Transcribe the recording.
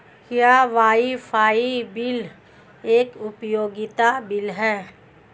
क्या wifi bill एक उपयोगिता बिल है?